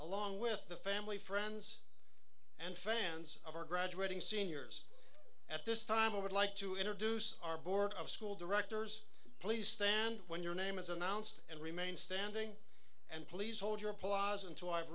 along with the family friends and fans of our graduating seniors at this time i would like to introduce our board of school directors please stand when your name is announced and remain standing and please hold your applause until i